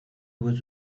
was